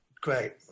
Great